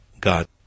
God